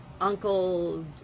uncle